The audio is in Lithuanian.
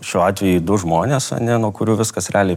šiuo atveju į du žmones ane nuo kurių viskas realiai